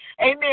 amen